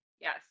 Yes